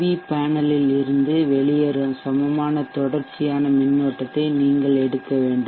we பேனலில் இருந்து வெளியேறும் சமமான தொடர்ச்சியான மின்னோட்டத்தை நீங்கள் எடுக்க வேண்டும்